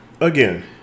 again